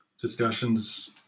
discussions